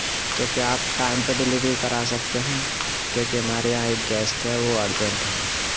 تو کیا آپ ٹائم پہ ڈلیوری کرا سکتے ہیں کیونکہ ہمارے یہاں ایک گیسٹ ہیں وہ ارجینٹ ہیں